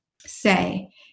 say